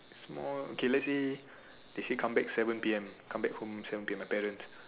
small K let's say they say come back seven P_M come back home seven P_M my parents